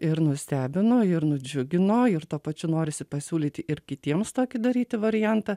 ir nustebino ir nudžiugino ir tuo pačiu norisi pasiūlyti ir kitiems tokį daryti variantą